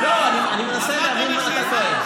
אני מנסה להבין מה אתה טוען.